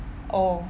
oh